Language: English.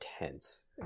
Intense